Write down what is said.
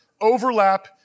overlap